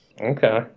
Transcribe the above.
Okay